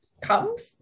comes